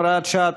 הוראת שעה),